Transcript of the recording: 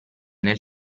nel